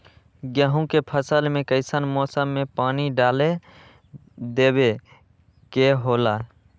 गेहूं के फसल में कइसन मौसम में पानी डालें देबे के होला?